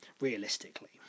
realistically